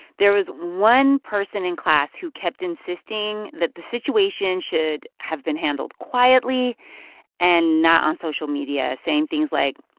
there was one person in class who kept insisting that the situation should have been handled quietly and not on social media, saying things like,